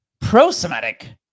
pro-Semitic